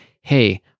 hey